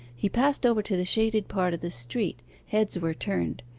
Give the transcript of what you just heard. he passed over to the shaded part of the street heads were turned.